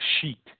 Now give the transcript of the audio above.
sheet